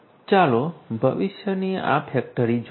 ચાલો ભવિષ્યની આ ફેક્ટરી જોઈએ